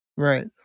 Right